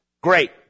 great